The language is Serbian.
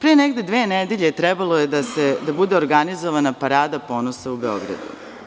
Negde pre dve nedelje trebalo je da bude organizovana Parada ponosa u Beogradu.